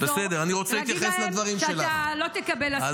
ולהגיד להם שאתה לא תקבל הסללה וגזענות.